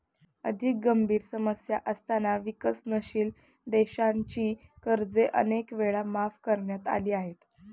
अधिक गंभीर समस्या असताना विकसनशील देशांची कर्जे अनेक वेळा माफ करण्यात आली आहेत